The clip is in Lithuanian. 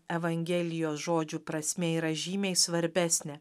evangelijos žodžių prasmė yra žymiai svarbesnė